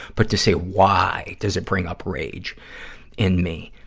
but to say why does it bring up rage in me.